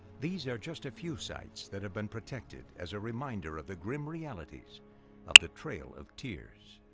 these are just a few sites that have been protected as a reminder of the grim realities of the trail of tears.